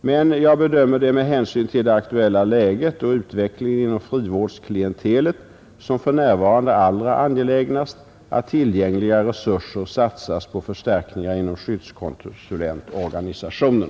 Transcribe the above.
Men jag bedömer det med hänsyn till det aktuella läget och utvecklingen inom frivårdsklientelet som för närvarande allra angelägnast att tillgängliga resurser satsas på förstärkningar inom skyddskonsulentorganisationen.